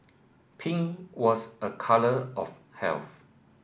pink was a colour of health